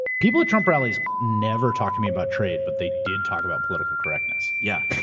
people at trump rallies never talk to me about trade, but they did talk about political correctness. yeah